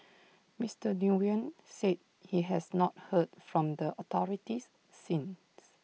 Mister Nguyen said he has not heard from the authorities since